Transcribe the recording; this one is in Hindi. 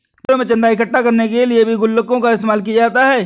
मंदिरों में चन्दा इकट्ठा करने के लिए भी गुल्लकों का इस्तेमाल किया जाता है